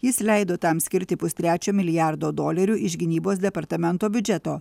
jis leido tam skirti pustrečio milijardo dolerių iš gynybos departamento biudžeto